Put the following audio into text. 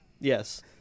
yes